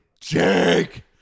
Jake